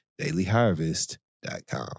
Dailyharvest.com